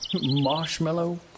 Marshmallow